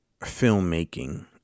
Filmmaking